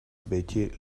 betty